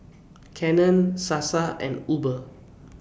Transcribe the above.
Canon Sasa and Uber